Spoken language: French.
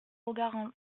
regards